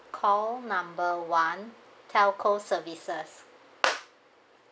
call number one telco services